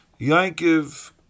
Yankiv